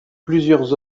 plusieurs